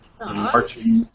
Marching